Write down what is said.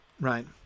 right